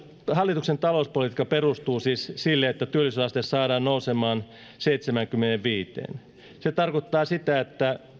hallituksen talouspolitiikka perustuu siis sille että työllisyysaste saadaan nousemaan seitsemäänkymmeneenviiteen se tarkoittaa sitä että